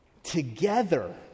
Together